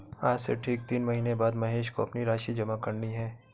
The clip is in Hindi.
आज से ठीक तीन महीने बाद महेश को अपनी राशि जमा करनी है